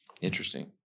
Interesting